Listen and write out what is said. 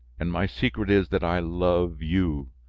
and my secret is that i love you.